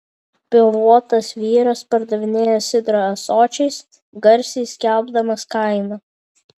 pilvotas vyras pardavinėja sidrą ąsočiais garsiai skelbdamas kainą